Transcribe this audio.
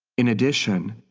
in addition,